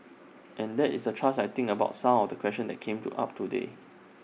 and that is the thrust I think about some of the questions that came to up today